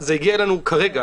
זה הגיע אלינו כרגע.